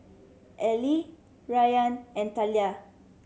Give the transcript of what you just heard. Allie Rayan and Talia